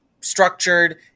structured